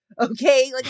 Okay